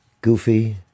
Goofy